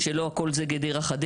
שלא הכל זה גדרה-חדרה.